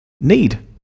need